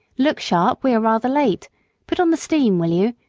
look sharp, we are rather late put on the steam, will you,